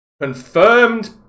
Confirmed